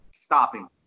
Stopping